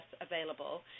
available